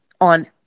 on